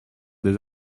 des